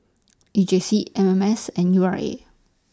E J C M M S and U R A